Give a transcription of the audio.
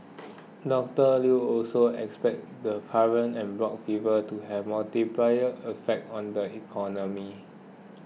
Docter Lew also said he expects the current en bloc fever to have a multiplier effect on the economy